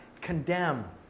condemn